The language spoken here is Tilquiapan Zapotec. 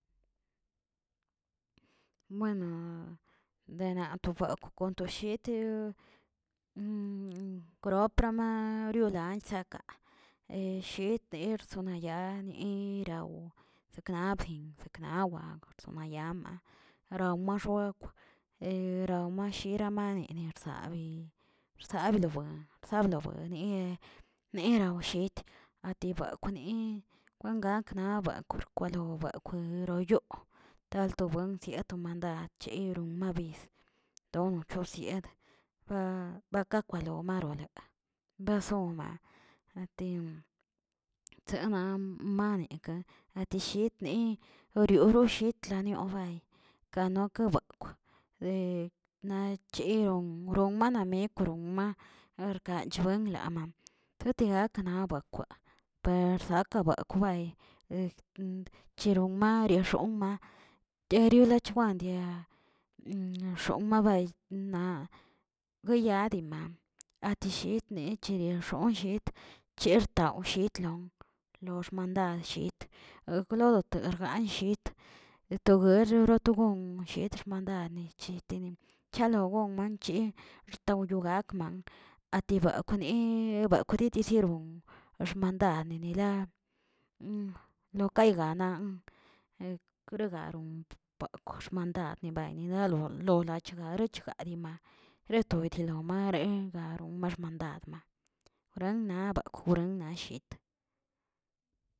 Buena dena to bekw' kon to shiti kroprama yolan chsaka shet niersona yaniraw sekna bzin, sekna wao, bakz mayama, ram ma xoekw rawmashira mare bsabe xsabildowe sabdloweni neraw shi ati bekwꞌni kwen gak naba korkoloubekwꞌ neroꞌyoo, taltobuen siꞌ to mandad chero mabi, tono chosied ba baka kwalo mar bason ma ti chsenan manekə nate shitni yoro bshetlanioꞌ bay kano ke bekwꞌ de na cheon kron mana mekwroma guerkawchenlo sotigak na bekwꞌ persake bekwꞌ cheron mar reshomꞌ erio lechwan' xonma bay naꞌ guyadin ma atishitni chere xonllet chertaw shi lo- lo xmanda shi goklodoteg nllit toguero rot gon shet xmandad nicheteni, yalongon manchi rtawyogakma ati bekwꞌni bekwdi dijeron xmandad dila lokaygalan nan kero garon pakwx xmandad gani laldodoꞌ lachgarechga dima retodilamareꞌroman xmandad wranna bakw wranna llit.